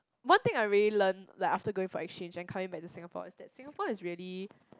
one thing I really learn like after going for exchange and coming back to Singapore is that Singapore is really